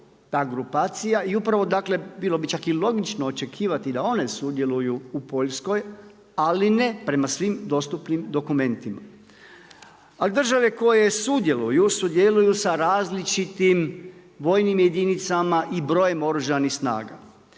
ta grupacija i upravo dakle bilo bi čak i logično očekivati da one sudjeluju u Poljskoj, ali ne prema svim dostupnim dokumentima. Države koje sudjeluju, sudjeluju sa različitim vojnim jedinicama i brojem Oružanih snaga.